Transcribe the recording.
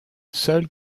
seuls